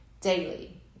daily